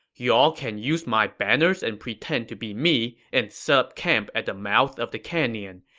you all can use my banners and pretend to be me and set up camp at the mouth of the canyon.